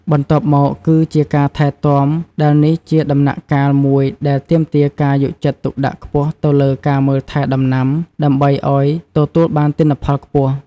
បន្ទាប់មកគឺជាការថែទាំ ដែលនេះជាដំណាក់កាលមួយដែលទាមទារការយកចិត្តទុកដាក់ខ្ពស់ទៅលើការមើលថែដំណាំ ដើម្បីឲ្យទទួលបានទិន្នផលខ្ពស់។